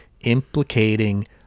implicating